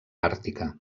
àrtica